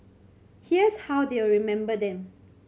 here's how they will remember them